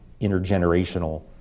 intergenerational